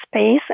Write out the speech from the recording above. space